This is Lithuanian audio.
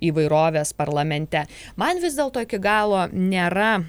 įvairovės parlamente man vis dėlto iki galo nėra